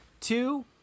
two